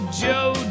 joe